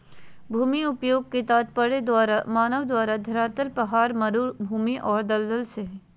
भूमि उपयोग के तात्पर्य मानव द्वारा धरातल पहाड़, मरू भूमि और दलदल से हइ